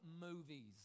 movies